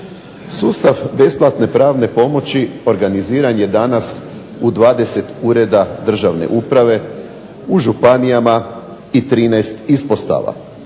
Sustav besplatne pravne pomoći organiziran je danas u 20 u reda državne uprave u županijama i 13 ispostava,